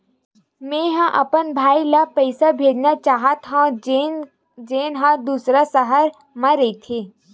मेंहा अपन भाई ला पइसा भेजना चाहत हव, जेन हा दूसर शहर मा रहिथे